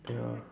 ya